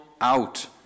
out